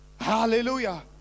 Hallelujah